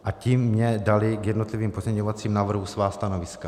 A ti mně dali k jednotlivým pozměňovacím návrhům svá stanoviska.